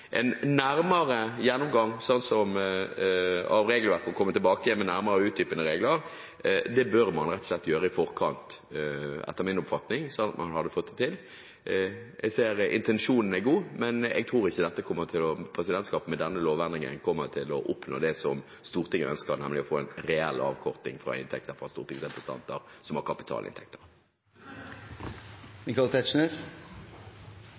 En nærmere gjennomgang av regelverket, å komme fram til mer utdypende regler, burde man rett og slett gjort i forkant, etter min oppfatning, slik at man hadde fått det til. Jeg ser at intensjonen er god, men jeg tror ikke at presidentskapet med denne lovendringen kommer til å oppnå det som Stortinget ønsker, nemlig å få en reell avkorting av inntekten til stortingsrepresentanter som har kapitalinntekter.